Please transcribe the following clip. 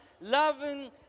loving